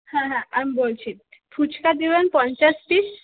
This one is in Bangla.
হ্যাঁ হ্যাঁ আমি বলছি ফুচকা দিবেন পঞ্চাশ পিস